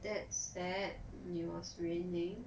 that's sad it was raining